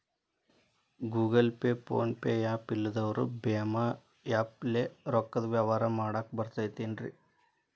Google Pay, PhonePe app ಇಲ್ಲದವರು ಭೇಮಾ app ಲೇ ರೊಕ್ಕದ ವ್ಯವಹಾರ ಮಾಡಾಕ್ ಬರತೈತೇನ್ರೇ?